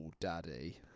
daddy